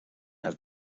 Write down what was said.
have